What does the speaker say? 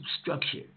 structure